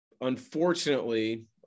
unfortunately –